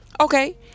okay